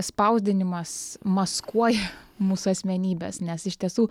spausdinimas maskuoja mūsų asmenybes nes iš tiesų